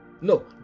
No